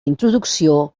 introducció